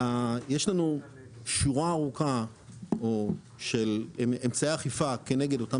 יש לנו שורה ארוכה של אמצעי אכיפה כנגד אותם